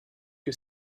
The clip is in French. que